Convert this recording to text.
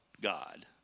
God